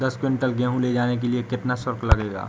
दस कुंटल गेहूँ ले जाने के लिए कितना शुल्क लगेगा?